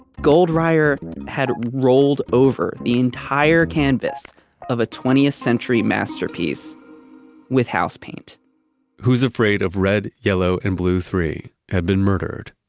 goldreyer had rolled over the entire canvas of a twentieth century masterpiece with house paint who's afraid of red, yellow and blue iii had been murdered,